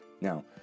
Now